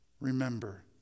remember